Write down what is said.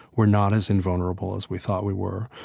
we're not as invulnerable as we thought we were.